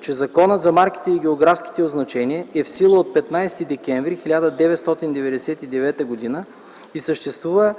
че Законът за марките и географските означения е в сила от 15 декември 1999 г. и съществува